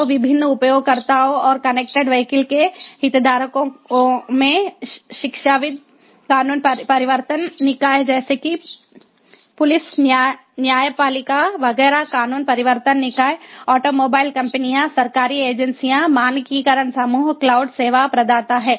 तो विभिन्न उपयोगकर्ताओं और कनेक्टेड वीहिकल के हितधारकों में शिक्षाविद कानून प्रवर्तन निकाय जैसे कि पुलिस न्यायपालिका वगैरह कानून प्रवर्तन निकाय ऑटोमोबाइल कंपनियां सरकारी एजेंसियां मानकीकरण समूह क्लाउड सेवा प्रदाता हैं